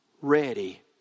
ready